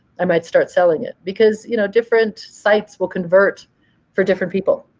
i might start selling it. because you know different sites will convert for different people.